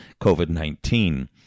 COVID-19